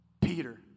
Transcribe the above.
Peter